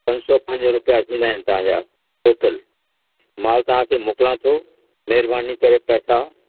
पंज सौ पंज रुपया थींदा आहिनि तव्हांजा टोटल महिल तव्हांखे मोकिलां थो महिरबानी करे पैसा